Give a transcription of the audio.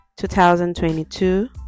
2022